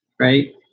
Right